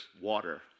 water